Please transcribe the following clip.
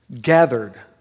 gathered